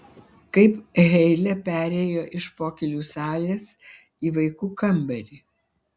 kaip heile perėjo iš pokylių salės į vaikų kambarį